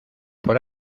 por